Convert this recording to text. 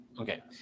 Okay